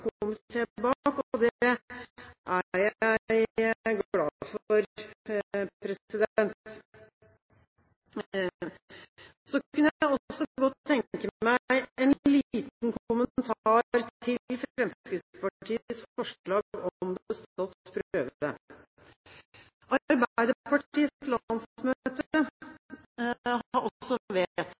komité bak, og det er jeg glad for. Så kunne jeg også godt tenke meg en liten kommentar til Fremskrittspartiets forslag om bestått prøve. Arbeiderpartiets landsmøte har også